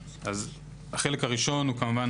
החלק הראשון הוא כמובן